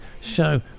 show